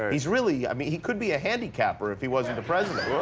he's really i mean he could be a handicapper if he wasn't the president.